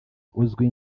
uzwi